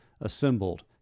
assembled